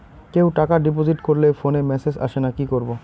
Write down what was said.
কেউ টাকা ডিপোজিট করলে ফোনে মেসেজ আসেনা কি করবো?